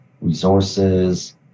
resources